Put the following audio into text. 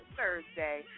Thursday